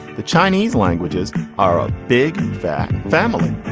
the chinese languages are a big, fat family.